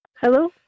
Hello